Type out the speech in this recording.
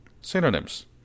Synonyms